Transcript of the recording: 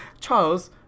Charles